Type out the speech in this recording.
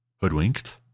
hoodwinked